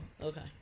okay